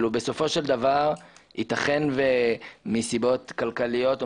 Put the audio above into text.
בסופו של דבר ייתכן שמסיבות כלכליות או